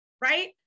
Right